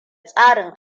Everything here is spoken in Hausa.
tsarin